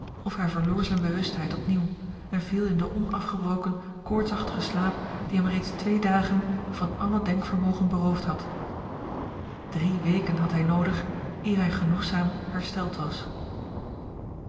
of hij verloor zijne bewustheid op nieuw en viel in den onafgebroken koortsachtigen slaap die hem reeds twee dagen van alle denkvermogen beroofd had drie weken had hij noodig eer hij genoegzaam hersteld was